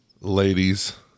ladies